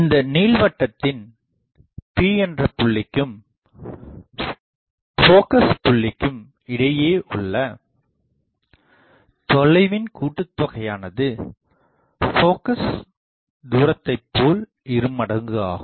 இந்த நீள்வட்டத்தின் P என்ற புள்ளிக்கும் போக்கஸ் புள்ளிகளுக்கும் இடையே உள்ள தொலைவின் கூட்டுத்தொகையானது போக்கஸ் தூரத்தைபோல் இருமடங்கு ஆகும்